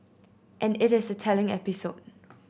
and it is a telling episode